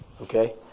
Okay